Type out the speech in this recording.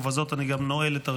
ובזאת אני גם נועל את הרשימה.